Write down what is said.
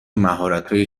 مهارتهایی